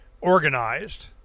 organized